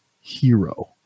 hero